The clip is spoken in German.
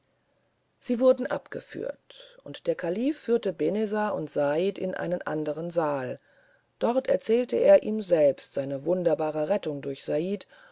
sie wurden abgeführt und der kalife führte benezar und said in einen andern saal dort erzählte er ihm selbst seine wunderbare rettung durch said